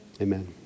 amen